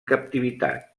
captivitat